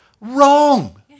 Wrong